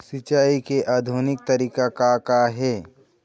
सिचाई के आधुनिक तरीका का का हे?